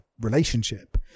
relationship